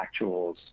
actuals